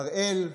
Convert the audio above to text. הראל,